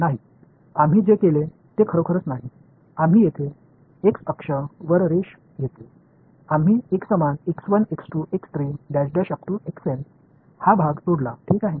नाही आम्ही जे केले ते खरोखरच नाही आम्ही येथे एक्स अक्ष वर रेष घेतली आम्ही एकसमान हा भाग तोडला ठीक आहे